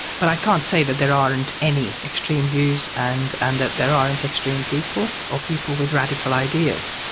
but i can't say that there aren't any extreme views and and that there aren't extreme people or people with radical ideas.